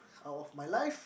out of my life